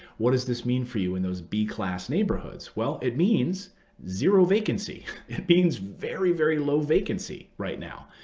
what does this mean for you and those b-class neighborhoods? well, it means zero vacancy. it means very, very low vacancy right now.